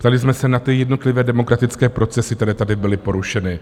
Ptali jsme se na ty jednotlivé demokratické procesy, které tady byly porušeny.